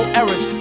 errors